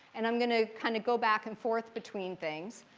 and i'm going to kind of go back and forth between things.